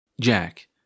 Jack